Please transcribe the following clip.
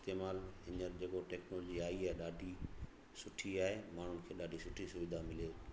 इस्तेमालु हींअर जेका टेक्नोलॉजी आई आहे ॾाढी सुठी आहे माण्हुनि खे ॾाढी सुठी सुविधा मिले थी